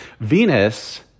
Venus